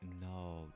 No